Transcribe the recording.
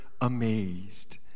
amazed